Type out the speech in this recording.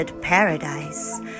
paradise